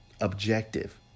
Objective